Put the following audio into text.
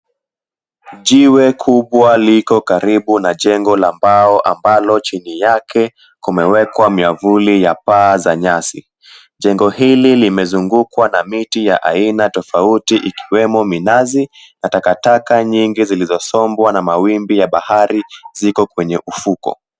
Jiwe kubwa liko karibu na jengo la mbao ambalo chini yake kumewekwa miavuli ya paa za nyasi. Jengo hili limezungukwa na miti ya aina tofauti ikiwemo minazi na takataka nyingi zilizosombwa na mawimbi ya bahari ziko kwenye ufuko.